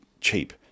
cheap